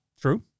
True